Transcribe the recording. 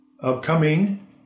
Upcoming